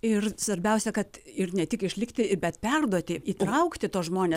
ir svarbiausia kad ir ne tik išlikti bet perduoti įtraukti tuos žmones